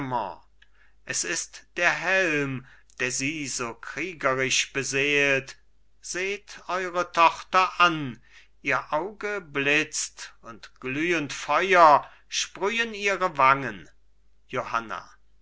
es ist der helm der sie so kriegerisch beseelt seht eure tochter an ihr auge blitzt und glühend feuer sprühen ihre wangen johanna